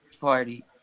party